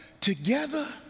together